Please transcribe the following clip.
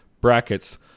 brackets